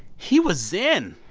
he was zen.